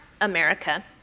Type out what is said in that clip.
America